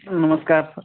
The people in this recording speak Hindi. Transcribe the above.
नमस्कार सर